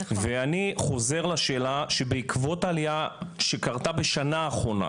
ואני חוזר לשאלה שבעקבות העלייה שקרתה בשנה האחרונה,